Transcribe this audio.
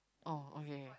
oh okay